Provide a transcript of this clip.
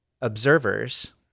observers